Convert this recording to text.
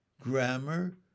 grammar